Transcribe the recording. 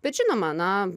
bet žinoma na